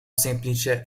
semplice